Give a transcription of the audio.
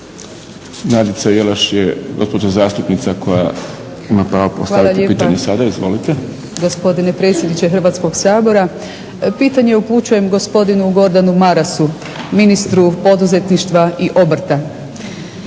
Nadica Jelaš je gospođa zastupnica koja ima pravo postaviti pitanje sada. Izvolite. **Jelaš, Nadica (SDP)** Hvala lijepa gospodine predsjedniče Hrvatskog sabora. Pitanje upućujem gospodinu Gordanu Marasu, ministru poduzetništva i obrta.